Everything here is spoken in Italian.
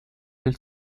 del